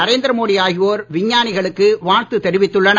நரேந்திர மோடி ஆகியோர் விஞ்ஞானிகளுக்கு வாழ்த்து தெரிவித்துள்ளனர்